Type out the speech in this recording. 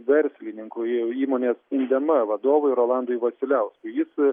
verslininkui įmonės indema vadovui rolandui vasiliauskui jis